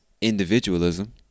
individualism